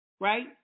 right